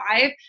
five